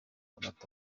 bata